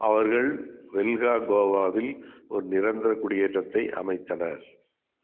அவர்கள் வெல்ஹா கோவாவில் ஒரு நிரந்தர குடியேற்றத்தை அமைத்தனர்